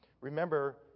remember